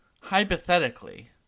Hypothetically